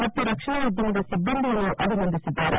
ಮತ್ತು ರಕ್ಷಣಾ ಉದ್ಯಮದ ಸಿಬ್ಬಂದಿಯನ್ನು ಅಭಿನಂದಿಸಿದ್ದಾರೆ